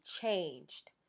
changed